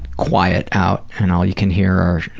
quiet out and all you can hear are,